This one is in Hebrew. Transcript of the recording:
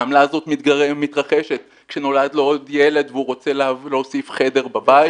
העמלה הזו מתרחשת כשנולד לו עוד ילד והוא רוצה להוסיף עוד חדר בבית,